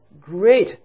great